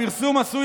הפרסום עשוי,